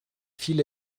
viele